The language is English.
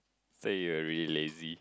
say you're really lazy